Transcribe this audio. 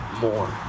more